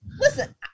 listen